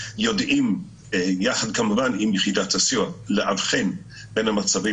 יודעים יחד כמובן עם יחידת הסיוע לאבחן בין המצבים